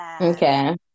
Okay